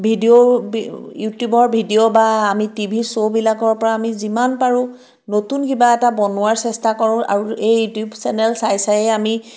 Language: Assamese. ভিডিঅ' ইউটিউবৰ ভিডিঅ' বা আমি টিভিৰ শ্ব'বিলাকৰ পৰা আমি যিমান পাৰোঁ নতুন কিবা এটা বনোৱাৰ চেষ্টা কৰোঁ আৰু এই ইউটিউব চেনেল চাই চায়ে আমি